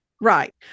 Right